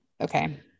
Okay